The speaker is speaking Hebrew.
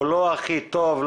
הוא לא הכי טוב,